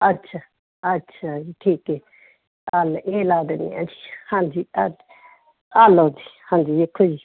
ਅੱਛਾ ਅੱਛਾ ਜੀ ਠੀਕ ਹੈ ਚੱਲ ਇਹ ਲਾਹ ਦਿੰਦੇ ਹਾਂ ਹਾਂਜੀ ਆ ਲਓ ਜੀ ਹਾਂਜੀ ਦੇਖੋ ਜੀ